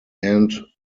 end